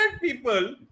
people